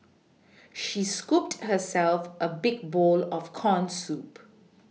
she scooped herself a big bowl of corn soup